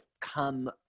come